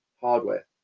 hardware